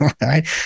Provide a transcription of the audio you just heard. right